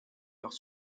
leurs